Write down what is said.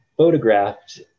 Photographed